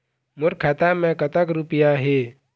मोर खाता मैं कतक रुपया हे?